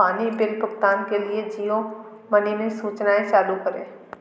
पानी बिल भुगतान के लिए जियो मनी में सूचनाएँ चालू करें